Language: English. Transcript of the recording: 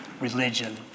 religion